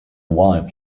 wife